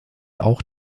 auch